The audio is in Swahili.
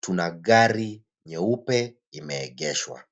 tuna gari nyeupe imeegeshwa.